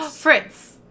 Fritz